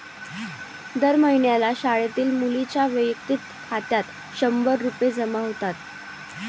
दर महिन्याला शाळेतील मुलींच्या वैयक्तिक खात्यात शंभर रुपये जमा होतात